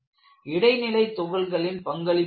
இடைநிலை துகள்களின் பங்களிப்பு என்ன